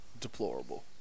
deplorable